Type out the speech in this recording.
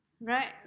Right